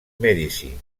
mèdici